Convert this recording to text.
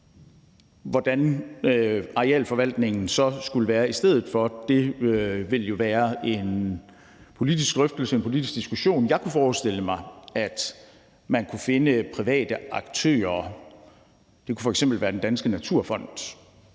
Hvordan arealforvaltningen så skulle være i stedet for, vil jo være en politisk drøftelse, en politisk diskussion. Jeg kunne forestille mig, at man kunne finde private aktører – det kunne f.eks. være Den Danske Naturfond,